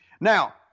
Now